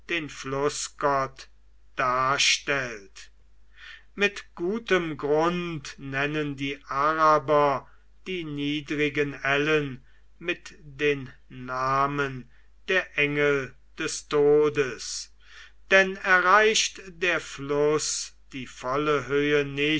den flußgott darstellt mit gutem grund nennen die araber die niedrigen ellen mit den namen der engel des todes denn erreicht der fluß die volle höhe